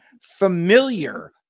familiar